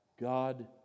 God